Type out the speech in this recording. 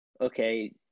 Okay